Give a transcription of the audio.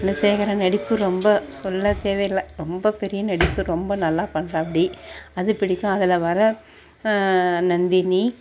குணசேகரன் நடிப்பு ரொம்ப சொல்ல தேவையில்லை ரொம்ப பெரிய நடிப்பு ரொம்ப நல்லா பண்ணுறாப்புடி அது பிடிக்கும் அதில் வர நந்தினி